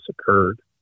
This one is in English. occurred